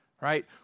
right